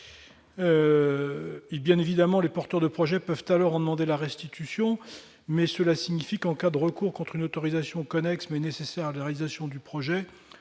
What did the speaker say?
Évidemment, les porteurs de projet peuvent le cas échéant en demander la restitution, mais cela signifie alors qu'en cas de recours contre une autorisation connexe nécessaire à la réalisation du projet,